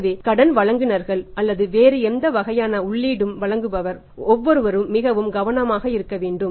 எனவே கடன் வழங்குநர்கள் அல்லது வேறு எந்த வகையான உள்ளீடும் வழங்குபவர் ஒவ்வொருவரும் மிகவும் கவனமாக இருக்க வேண்டும்